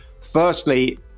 Firstly